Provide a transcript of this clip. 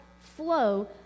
flow